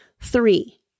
Three